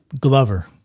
Glover